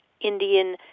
Indian